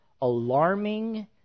alarming